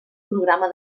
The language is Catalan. programa